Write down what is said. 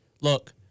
Look